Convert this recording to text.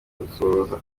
gusohoza